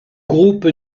groupe